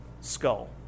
skull